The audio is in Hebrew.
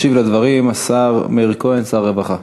ישיב על הדברים השר מאיר כהן, שר הרווחה.